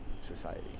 society